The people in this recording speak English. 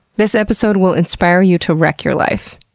this episode will inspire you to wreck your life.